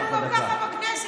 אנחנו גם ככה בכנסת.